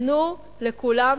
תנו לכולם.